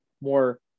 more